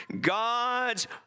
God's